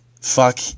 fuck